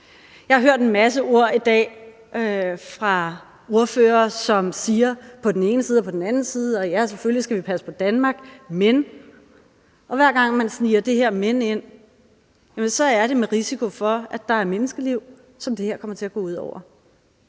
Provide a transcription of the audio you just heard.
Jeg har hørt en masse ord i dag fra ordførere, som siger noget om på den ene side og på den anden side, og at vi selvfølgelig skal passe på Danmark, men... Og hver gang man sniger det her men ind, er det med risiko for, at der er menneskeliv, som det her kommer til at gå ud over